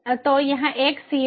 तो यह एक सीमा है